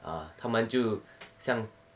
啊他们就像